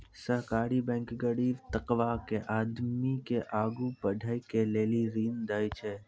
सहकारी बैंक गरीब तबका के आदमी के आगू बढ़ै के लेली ऋण देय छै